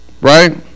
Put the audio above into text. right